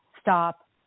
stop